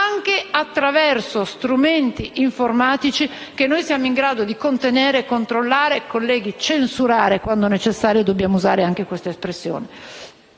anche attraverso strumenti informatici che siamo in grado di contenere, controllare e censurare (colleghi, quando necessario dobbiamo usare anche questa espressione).